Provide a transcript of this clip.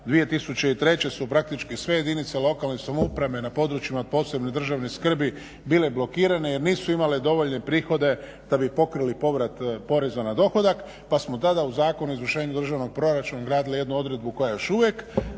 2003. su praktički sve jedinice lokalne samouprave na područjima od posebne državne skrbi bile blokirane jer nisu imale dovoljne prihode da bi pokrili povrat poreza na dohodak, pa smo tada u Zakonu o izvršenju državnog proračuna ugradili jednu odredbu koja je još uvijek,